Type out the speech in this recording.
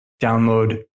download